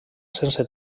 sense